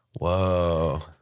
Whoa